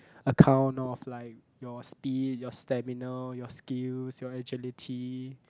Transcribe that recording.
account of like your speed your stamina your skills your agility